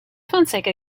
fonseca